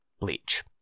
Bleach